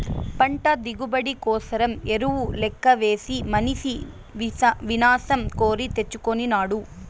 పంట దిగుబడి కోసరం ఎరువు లెక్కవేసి మనిసి వినాశం కోరి తెచ్చుకొనినాడు